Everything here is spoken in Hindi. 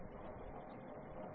शब्दकोष